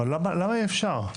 למה אי אפשר?